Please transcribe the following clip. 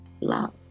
love